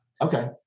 okay